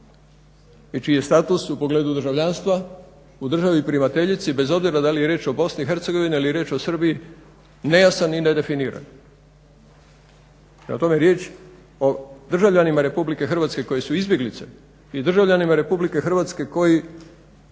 čiji je status u pogledu državljanstva u državi primateljici bez obzira da li je riječ o BiH ili riječ je o Srbiji nejasan i nedefiniran. Prema tome riječ o državljanima RH koji su izbjeglice i državljanima RH koji